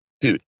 dude